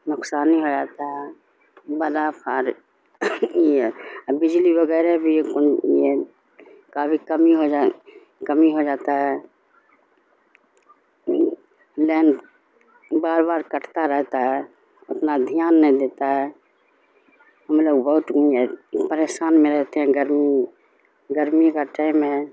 نقصان ہی ہو جاتا ہے بلا فار یہ بجلی وغیرہ بھی یہ کا بھی کمی ہو جا کمی ہو جاتا ہے لائن بار بار کٹتا رہتا ہے اتنا دھیان نہیں دیتا ہے ہم لوگ بہت پریشان میں رہتے ہیں گرمی گرمی کا ٹائم ہے